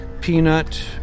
Peanut